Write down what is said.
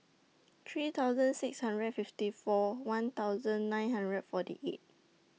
three thousand six hundred and fifty four one thousand nine hundred and forty eight